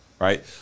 Right